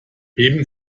heben